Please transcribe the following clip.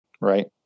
right